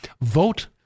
vote